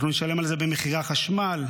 אנחנו נשלם על זה במחירי החשמל,